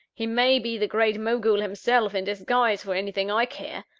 he may be the great mogul himself, in disguise, for anything i care!